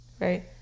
Right